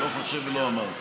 לא חושב ולא אמרתי.